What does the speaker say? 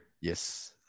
Yes